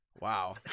Wow